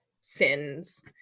sins